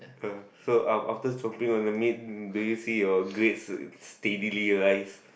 uh so um after chopping on the meat do you see your grades steadily rise